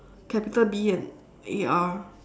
capital B and A R